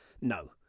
No